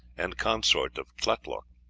and consort of tlaloc,